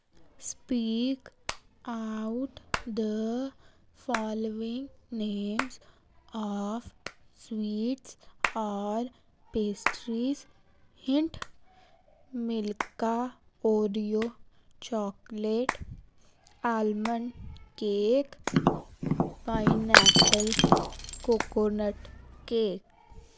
speak out the following names of sweets ਔਰ pastries hint Milka Oreo chocolate almond cake pineapple coconut cake